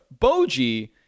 Boji